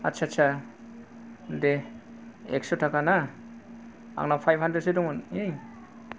आस्सा सा दे एक्स' थाखा ना आंनाव फाइभ हानड्रेडसो दंमोन